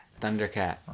Thundercat